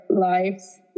lives